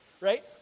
Right